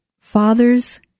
father's